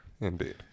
Indeed